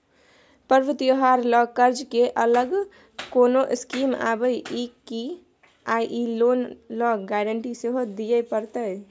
पर्व त्योहार ल कर्ज के अलग कोनो स्कीम आबै इ की आ इ लोन ल गारंटी सेहो दिए परतै?